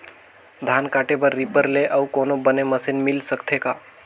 धान काटे बर रीपर ले अउ कोनो बने मशीन मिल सकथे का?